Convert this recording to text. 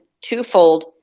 twofold